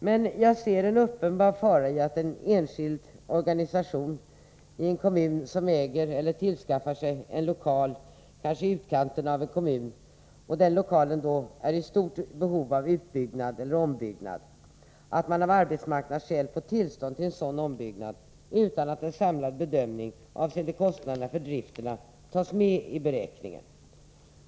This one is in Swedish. Men jag ser en uppenbar fara i att en enskild organisation i en kommun som äger eller skaffar sig en lokal, kanske i utkanten av kommunen, en lokal som är i stort behov av utbyggnad eller ombyggnad, av arbetsmarknadsskäl får tillstånd till en sådan ombyggnad utan att en samlad bedömning avseende kostnaderna för driften tas med i beräkningen.